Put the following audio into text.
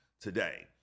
today